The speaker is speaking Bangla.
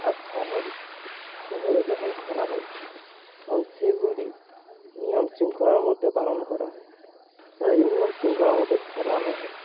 আর শহরে শহরে যখন খেলা হয় তখন সেগুলি নিয়ম শৃঙ্খলার মধ্যে পালন করা হয় এই নিয়ম শৃঙ্খলার মধ্যে খেলানো হয়